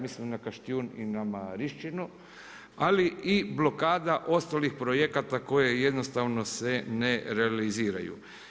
Mislim na Kaštjun i na Marinšćinu, ali i blokada ostalih projekata koje jednostavno se ne realiziraju.